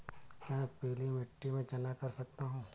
क्या मैं पीली मिट्टी में चना कर सकता हूँ?